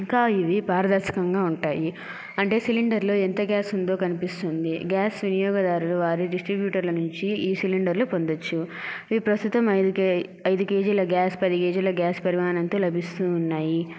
ఇంకా ఇవి పారదర్శకంగా ఉంటాయి అంటే సిలిండర్ లో ఎంత గ్యాస్ ఉందో కనిపిస్తుంది గ్యాస్ వినియోగదారులు వారి డిస్ట్రిబ్యూటర్ల నుంచి ఈ సీలిండర్లు పొందచ్చు ఇవి ప్రస్తుతం ఐదు కే ఐదు కేజీల గ్యాస్ పది కేజీల గ్యాస్ పరిమాణంతో లభిస్తూ ఉన్నాయి